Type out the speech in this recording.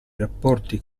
rapporti